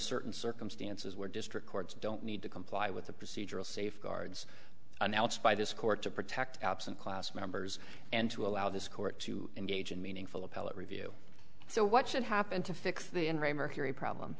certain circumstances where district courts don't need to comply with the procedural safeguards announced by this court to protect absent class members and to allow this court to engage in meaningful appellate review so what should happen to fix the in re mercury problem